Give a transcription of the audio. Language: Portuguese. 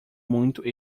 muito